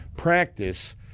Practice